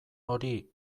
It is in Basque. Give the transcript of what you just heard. hori